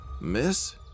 Miss